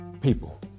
people